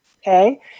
Okay